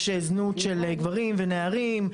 יש זנות של גברים ונערים.